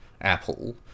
Apple